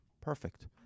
Perfect